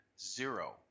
zero